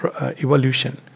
evolution